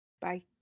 Bye